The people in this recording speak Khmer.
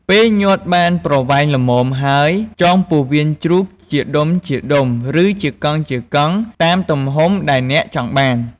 ពេលញាត់បានប្រវែងល្មមហើយ ចងពោះវៀនជ្រូកជាដុំៗ ឬជាកង់ៗ តាមទំហំដែលអ្នកចង់បាន។